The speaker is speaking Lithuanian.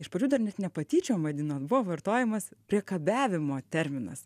iš pradžių dar net ne patyčiom vadino buvo vartojamas priekabiavimo terminas